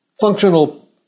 functional